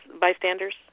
bystanders